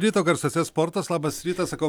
ryto garsuose sportas labas rytas sakau